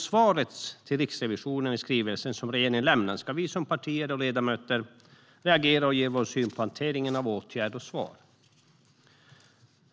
Svaret till Riksrevisionen i skrivelsen som regeringen lämnar ska vi som partier och ledamöter reagera på. Vi ska ge vår syn på hanteringen av åtgärder och svar.